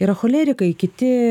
yra cholerikai kiti